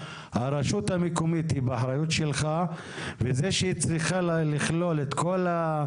רמ"י בסוף צריכה --- אתם יכולים לצבוע חלקה ולומר